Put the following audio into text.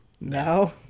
No